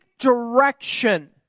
direction